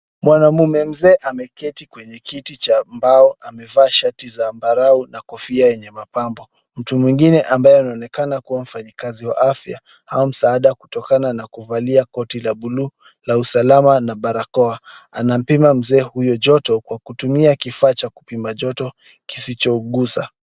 Mwanamume mzee ameketi kwenye kiti cha mbao, amevaa shati zambarau na kofia yenye mapambo. Mtu mwingine anayeonekana kuwa mfanyikazi wa afya au msaada kutokana na kuvalia koti la buluu la usalama na barakoa, anampima mzee huyo joto kwa kutumia kifaa cha kupima joto kisichougusa.